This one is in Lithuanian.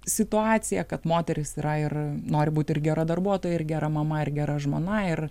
situaciją kad moteris yra ir nori būt ir gera darbuotoja ir gera mama ir gera žmona ir